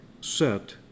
set